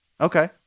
okay